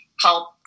help